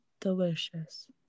delicious